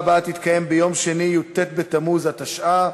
לעשות את התיקונים הדרושים ולהתאים את הצווים למצבים הקיימים.